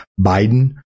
Biden